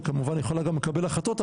היא כמובן יכולה גם לקבל החלטות,